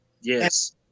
Yes